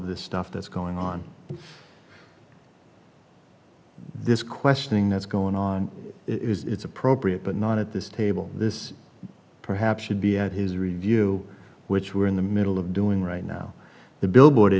of this stuff that's going on in this questioning that's going on it's appropriate but not at this table this perhaps should be at his review which we're in the middle of doing right now the billboard